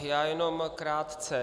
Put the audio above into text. Já jenom krátce.